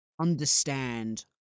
understand